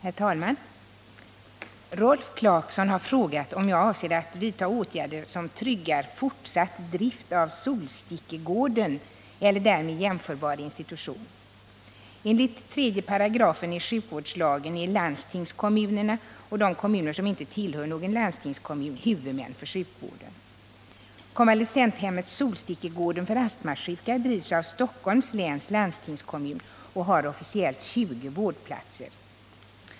Herr talman! Rolf Clarkson har frågat om jag avser att vidta åtgärder som tryggar fortsatt drift av Solstickegården eller därmed jämförbar institution. Konvalescenthemmet Solstickegården för astmasjuka drivs av Stockholms läns landstingskommun och har officiellt 20 vårdplatser.